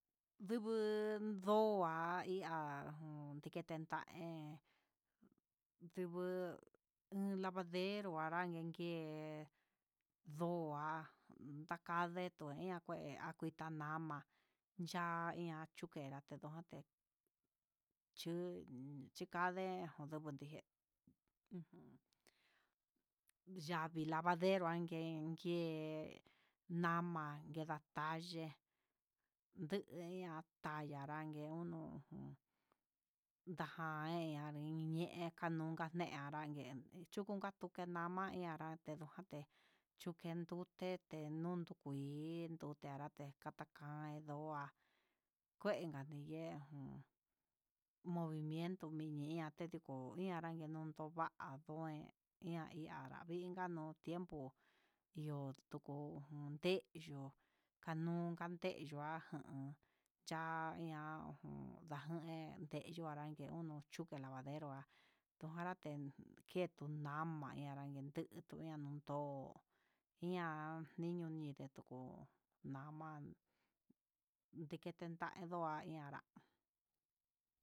Nduguu ndo'a ndika ihá on tikiti ta'á ihé, nduku iin lavadero indita ngue ha kuita nama anyivan ngue'e, aian tukera tidote chu chukande tiuda ndije, ujun yavii lavadero angue nama neda tayee du'u ya'a taya nargue uno jun, ndaja ninea yukaneka ne'e kanunka nee arenke ñe'e anruka ñe'e arengue tuku neka tute nama iin narangue yuta ngué, chuken ndete tedundu kui ndute anrate ndanta kain, ndedo'a kuenka niye jun movimiento mini ña'a kuu ian anrande ndeto va'a ndoen ian ihá anranvii, ñanuu tiempo ihó ho tuku nundeyuu kandun naden yuajan, cha'a ihá ujun najun he denyu arangue unu chuke lavadero, há ndojaranten ketu nama naranyen dutu iendo ian niño'o indeyeto nama ndekentendoa anrá.